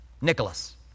Nicholas